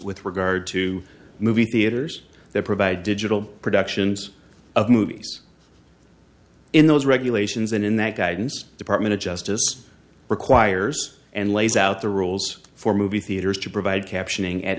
with regard to movie theaters that provide digital productions of movies in those regulations and in that guidance department of justice requires and lays out the rules for movie theaters to provide captioning at